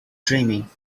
dreaming